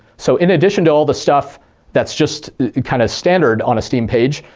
so in addition to all the stuff that's just kind of standard on a steam page,